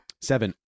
Seven